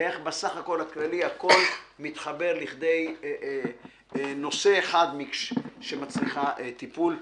ואיך בסך הכול הכללי הכול מתחבר לכדי נושא אחד שמצריך טיפול.